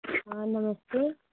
हाँ नमस्ते